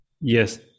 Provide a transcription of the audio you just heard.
Yes